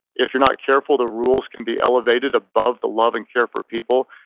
if you're not careful the rules can be elevated above the love and care for people.